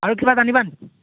আৰু কিবা জানিবানি